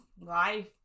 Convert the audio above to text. life